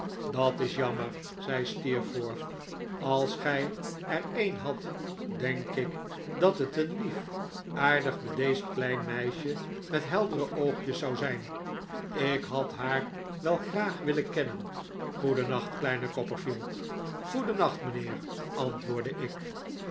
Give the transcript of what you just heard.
dat is jammer zei steerforth als gij er een hadt denk ik dat het een lief aardig bedeesd klein meisje met heldere oogjes zou zijn ik had haar wel graag willen kennen goedennacht kleine copperfield goedennacht mijnheer antwoordde ik